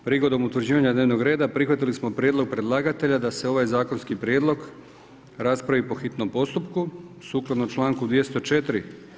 Prigodom utvrđivanja dnevnog reda, prihvatili smo prijedlog predlagatelja da se ovaj zakonski prijedlog raspravi po hitnom postupku sukladno članku 204.